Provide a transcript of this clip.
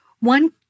one